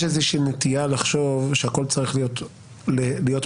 יש איזושהי נטייה לחשוב שהכול צריך להיות מחוקק.